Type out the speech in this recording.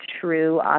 true